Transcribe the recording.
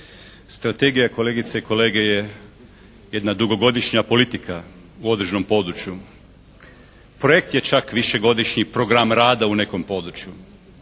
Strategija kolegice i kolege je jedna dugogodišnja politika u određenom području. Projekt je čak višegodišnji program rada u nekom području.